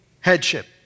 headship